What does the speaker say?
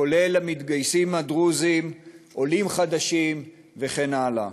כולל המתגייסים הדרוזים, עולים חדשים וכן הלאה.